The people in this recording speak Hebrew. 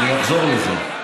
אני אחזור לזה.